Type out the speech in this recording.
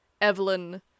Evelyn